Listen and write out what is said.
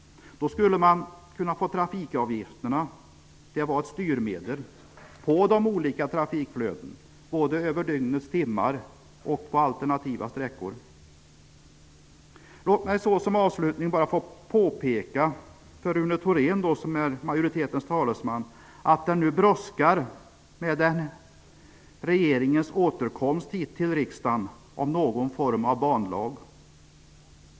Då skulle trafikavgifterna kunna bli ett styrmedel på de olika trafikflödena, både över dygnets timmar och på alternativa sträckor. Låt mig som avslutning få påpeka för Rune Thorén, som är majoritetens talesman, att det brådskar med att regeringen återkommer till riksdagen med någon form av banlag.